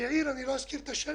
ואילו עיר אחרת, שלא אזכיר את שמה,